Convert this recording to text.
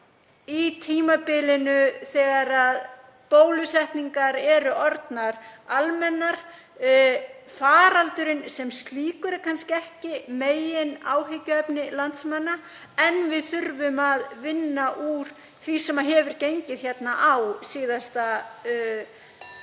því tímabili þegar bólusetningar eru orðnar almennar. Faraldurinn sem slíkur er kannski ekki megináhyggjuefni landsmanna, en við þurfum að vinna úr því sem gengið hefur á síðasta rúma